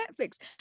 netflix